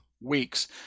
weeks